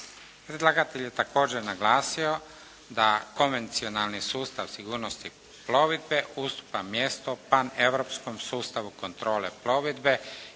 Predlagatelj je također naglasio da konvencionalni sustav sigurnosti plovidbe ustupa mjesto paneuropskom sustavu kontrole plovidbe